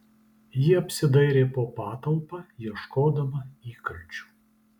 ji apsidairė po patalpą ieškodama įkalčių